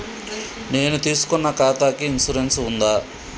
నేను తీసుకున్న ఖాతాకి ఇన్సూరెన్స్ ఉందా?